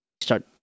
Start